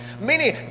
meaning